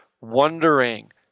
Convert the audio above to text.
wondering